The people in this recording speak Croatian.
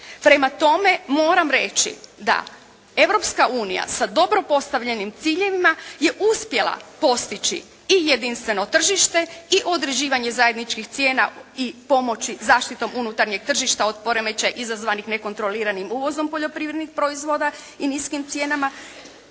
Prema tome moram reći da Europska unija sa dobro postavljenim ciljevima je uspjela postići i jedinstveno tržište i određivanje zajedničkih cijena i pomoći zaštitom unutarnjeg tržišta od poremećaja izazvanih nekontroliranim uvozom poljoprivrednih proizvoda i niskim cijenama.